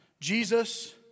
Jesus